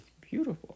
beautiful